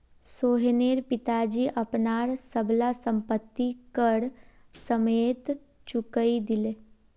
सोहनेर पिताजी अपनार सब ला संपति कर समयेत चुकई दिले